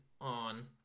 on